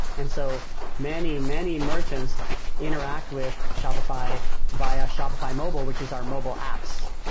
and so many, many merchants interact with shopify via shopify mobile, which is our mobile apps,